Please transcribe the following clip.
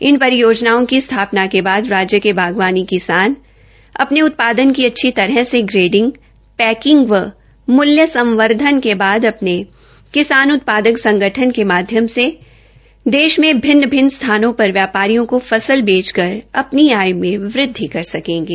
इन परियाजनाओं की स्थापना के बाद राज्य के बागवानी किसान अपने उत्पादन की अच्छी प्रकार से ग्रेडिंग पैकिंग व मूल्य संवर्धन उपरांत अपने एफपीओ के माघ्यम से देश में भिन्न भिन्न स्थानों एवं व्यापारियों का फसल बेचकर अपनी आय में वृदधि कर सकेंगे